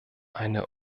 eine